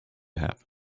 happen